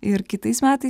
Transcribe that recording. ir kitais metais